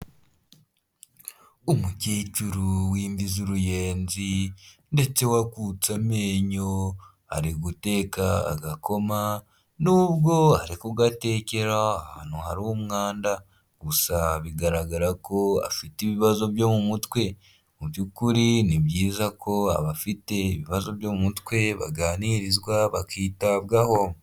Umukecuru wimbiza uruyenzi ndetse wakutse amenyo, ari guteka agakoma nubwo arikugatekera ahantu hari umwanda, gusa bigaragara ko afite ibibazo byo mu mutwe. Mu by'ukuri ni byiza ko abafite ibibazo byo mu mutwe baganirizwa bakitabwaho.